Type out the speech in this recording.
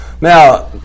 Now